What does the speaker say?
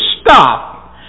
stop